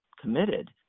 committed